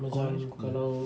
!wah! that's cool